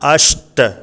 अष्ट